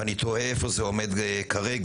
ואני תוהה איפה זה עומד כרגע,